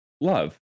love